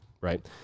right